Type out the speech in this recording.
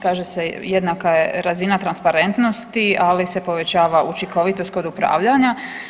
Kaže se jednaka razina transparentnosti ali se povećava učinkovitost kod upravljanja.